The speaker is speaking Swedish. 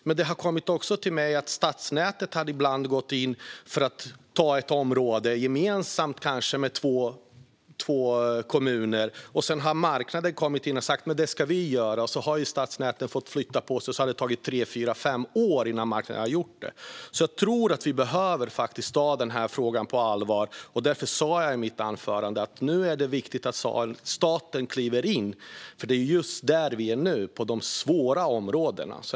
Det har också kommit till min kännedom att stadsnäten i två kommuner ibland avsett att gå in för att ta ett område gemensamt. Sedan har marknaden kommit in och sagt "det ska vi göra", och så har stadsnäten fått flytta på sig. Därefter har det tagit tre, fyra, fem år innan marknaden verkligen gjort det. Vi behöver ta den här frågan på allvar. Därför sa jag i mitt huvudanförande att det nu är viktigt att staten kliver in på de svåra områdena. Det är där vi är nu.